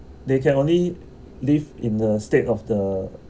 they can only live in the state of the